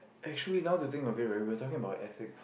actually now to think of it right we were talking about ethics